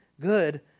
good